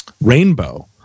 rainbow